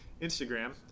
Instagram